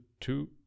two